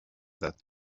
that